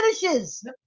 finishes